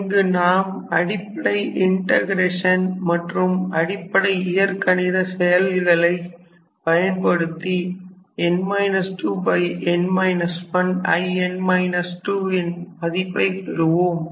இங்கு நாம் அடிப்படை இன்டகிரஷன் மற்றும் அடிப்படை இயற்கணித செயல்களை பயன்படுத்தி n 2 n 1 In 2 ன் மதிப்பை பெறுவோம்